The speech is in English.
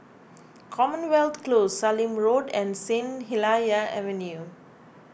Commonwealth Close Sallim Road and Saint Helier's Avenue